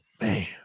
man